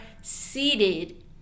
seated